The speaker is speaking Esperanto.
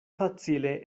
facile